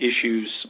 issues